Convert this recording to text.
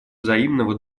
взаимного